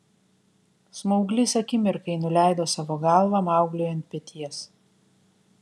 smauglys akimirkai nuleido savo galvą maugliui ant peties